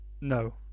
No